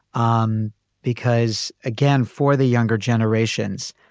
um because, again, for the younger generations.